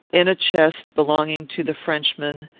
in a chest, belonging to the frenchmen,